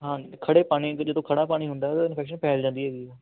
ਹਾਂਜੀ ਖੜ੍ਹੇ ਪਾਣੀ ਜਦੋਂ ਖੜ੍ਹਾ ਪਾਣੀ ਹੁੰਦਾ ਉਦੋਂ ਇਨਫੈਕਸ਼ਨ ਫੈਲ ਜਾਂਦੀ ਹੈਗੀ ਆ